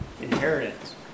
inheritance